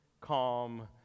calm